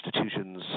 institutions